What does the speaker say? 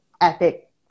epic